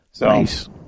Nice